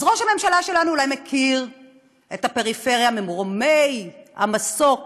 אז ראש הממשלה שלנו אולי מכיר את הפריפריה ממרומי המסוק